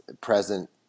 present